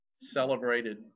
celebrated